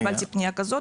קיבלתי פנייה כזאת,